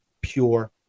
pure